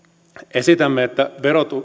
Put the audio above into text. esitämme että